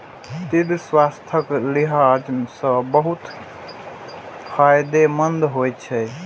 तिल स्वास्थ्यक लिहाज सं बहुत फायदेमंद होइ छै